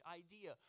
idea